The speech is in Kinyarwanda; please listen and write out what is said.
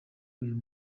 uyu